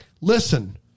listen